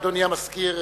אדוני המזכיר,